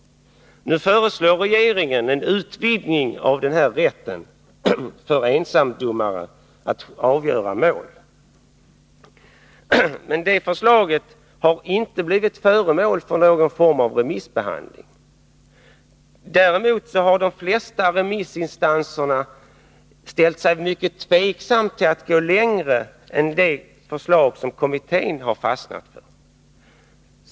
Nu föreslår regeringen en utvidgning av denna rätt för ensamdomare att avgöra mål. Men det förslaget har inte blivit föremål för någon form av remissbehandling. Däremot har de flesta remissinstanserna ställt sig mycket tveksamma till att gå längre än det förslag som kommittén har fastnat för.